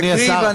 תקריא,